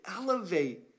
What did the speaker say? elevate